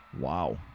Wow